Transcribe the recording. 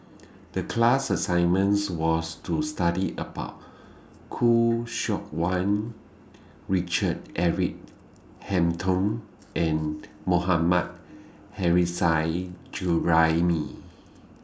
The class assignments was to study about Khoo Seok Wan Richard Eric Holttum and Mohammad hurry Side Juraimi